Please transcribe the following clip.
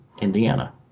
Indiana